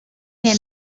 can